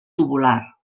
tubular